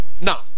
now